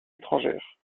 étrangères